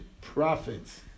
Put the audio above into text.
prophets